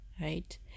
right